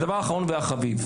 דבר אחרון וחביב.